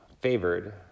favored